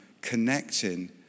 connecting